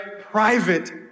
Private